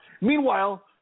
Meanwhile